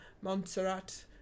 montserrat